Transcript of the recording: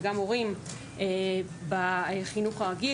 ובקרב הורים בחינוך הרגיל.